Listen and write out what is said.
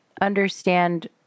understand